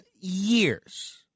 years